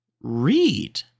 Read